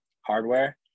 hardware